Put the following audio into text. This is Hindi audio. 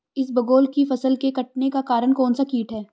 इसबगोल की फसल के कटने का कारण कौनसा कीट है?